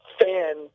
fan